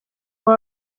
wawe